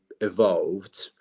evolved